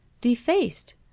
Defaced